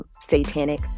satanic